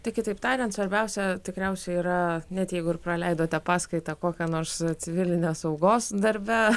tai kitaip tariant svarbiausia tikriausiai yra net jeigu ir praleidote paskaitą kokią nors civilinės saugos darbe